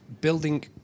building